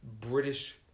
British